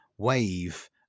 wave